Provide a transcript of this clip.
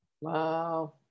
Wow